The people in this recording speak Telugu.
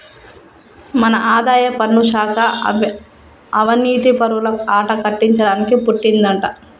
మన ఆదాయపన్ను శాఖ అవనీతిపరుల ఆట కట్టించడానికి పుట్టిందంటా